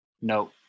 No